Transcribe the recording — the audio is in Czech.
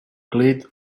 klid